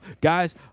guys